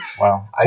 Wow